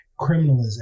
criminalization